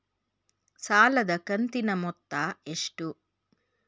ಸಾಲದ ಕಂತಿನ ಮೊತ್ತ ಎಷ್ಟು?